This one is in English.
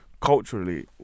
culturally